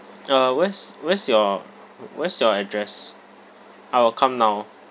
uh where's where's your where's your address I will come now